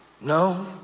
No